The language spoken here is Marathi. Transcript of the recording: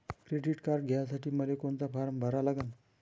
क्रेडिट कार्ड घ्यासाठी मले कोनचा फारम भरा लागन?